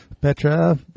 Petra